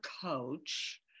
coach